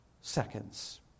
seconds